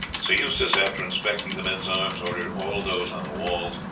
sir eustace, after inspecting the men's arms, ordered all those on the walls,